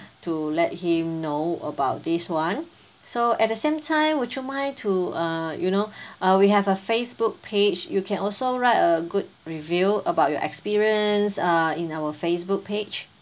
to let him know about this [one] so at the same time would you mind to uh you know uh we have a Facebook page you can also write a good review about your experience uh in our Facebook page